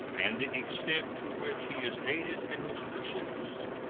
and the extent to which he is aided in his pursuits.